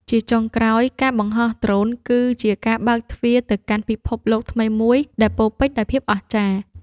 ជាចុងក្រោយ ការបង្ហោះដ្រូនគឺជាការបើកទ្វារទៅកាន់ពិភពលោកថ្មីមួយដែលពោរពេញដោយភាពអស្ចារ្យ។